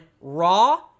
Raw